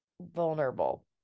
vulnerable